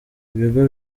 ibigo